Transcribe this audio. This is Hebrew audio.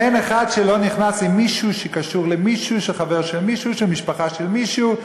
אין אחד שלא נכנס עם מישהו שקשור למישהו שחבר של מישהו שמשפחה של מישהו,